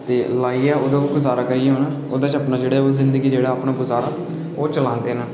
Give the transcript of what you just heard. ते लाइयै ओह्दे उप्पर गुजारा करी ऐ हुन जेह्ड़ा जिंदगी च अपना गुजारा ओह् चलांदे न